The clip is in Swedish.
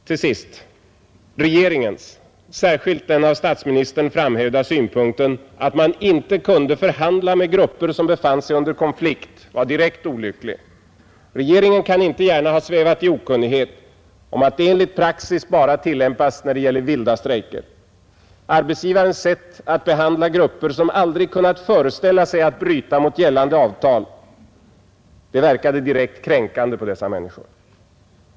Till sist: Regeringens synpunkt, särskilt framhävd av statsministern, att man icke kunde förhandla med grupper som befann sig under konflikt var direkt olycklig. Regeringen kan inte gärna ha svävat i okunnighet om att detta enligt praxis endast tillämpas när det gäller vilda strejker. Arbetsgivarens sätt att behandla grupper som aldrig kunnat föreställa sig att bryta mot gällande avtal verkade direkt kränkande för dessa människor.